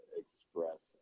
express